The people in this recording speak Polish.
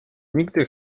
nigdy